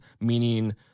meaning